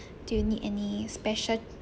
do you need any special